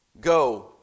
go